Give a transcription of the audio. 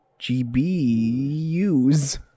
GBU's